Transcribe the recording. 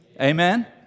Amen